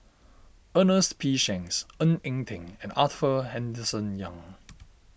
Ernest P Shanks Ng Eng Teng and Arthur Henderson Young